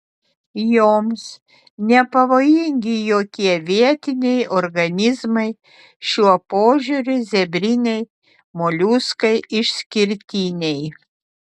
joms nepavojingi jokie vietiniai organizmai šiuo požiūriu zebriniai moliuskai išskirtiniai